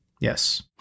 yes